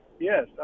Yes